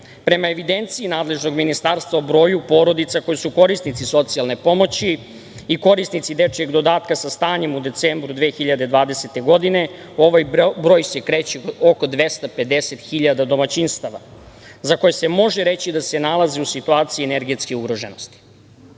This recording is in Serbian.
evidenciji nadležnog ministarstva o broju porodica koje su korisnici socijalne pomoći i korisnici dečjeg dodatka sa stanjem u decembru 2020. godine, ovaj broj se kreće oko 250 hiljada domaćinstava, za koje se može reći da se nalaze u situaciji energetske ugroženosti.Međutim,